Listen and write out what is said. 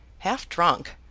half drunk,